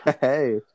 Hey